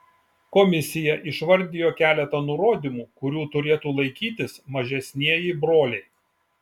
komisija išvardijo keletą nurodymų kurių turėtų laikytis mažesnieji broliai